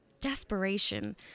desperation